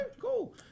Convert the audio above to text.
cool